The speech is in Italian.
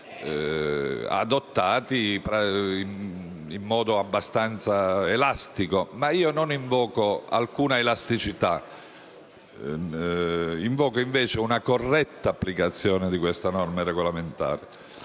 adottati in modo abbastanza elastico. Ma io non invoco alcuna elasticità, quanto piuttosto una corretta applicazione di questa norma regolamentare.